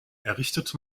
errichtet